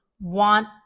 want